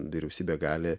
vyriausybė gali